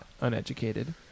Uneducated